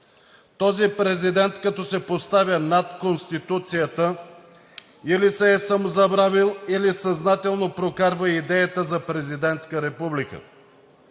Този президент като се поставя над Конституцията или се е самозабравил, или съзнателно прокарва идеята за президентска република.